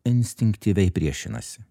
instinktyviai priešinasi